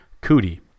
cootie